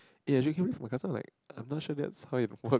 eh actually can we for then I'm like I'm not sure that's how it works